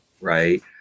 right